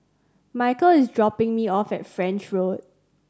Michale is dropping me off at French Road